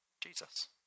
Jesus